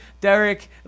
Derek